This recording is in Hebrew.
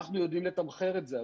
אנחנו יודעים לתמחר את זה.